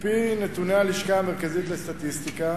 על-פי נתוני הלשכה המרכזית לסטטיסטיקה